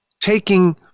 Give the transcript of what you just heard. taking